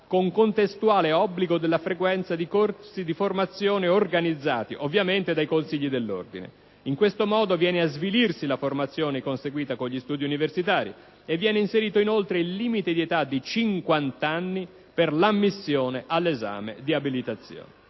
con contestuale obbligo della frequenza di corsi di formazione organizzati, ovviamente, dai consigli dell'ordine. In questo modo viene a svilirsi la formazione conseguita con gli studi universitari; viene inserito inoltre il limite dell'età di 50 anni per l'ammissione all'esame di abilitazione.